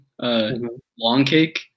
Longcake